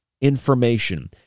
information